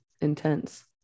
intense